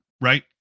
right